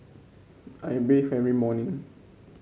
I bathe every morning